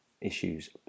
issues